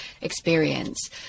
experience